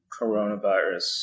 coronavirus